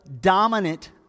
dominant